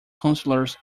councillors